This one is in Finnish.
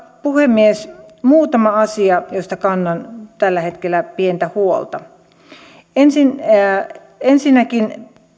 puhemies muutama asia joista kannan tällä hetkellä pientä huolta ensinnäkin